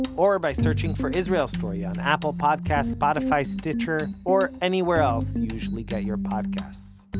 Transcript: or by searching for israel story on apple podcasts, spotify, stitcher, or anywhere else you usually get your podcasts.